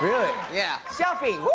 really? yeah. shopping! whoo!